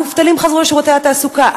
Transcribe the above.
המובטלים חזרו לשירותי התעסוקה,